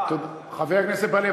חבר הכנסת בר-לב,